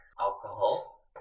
alcohol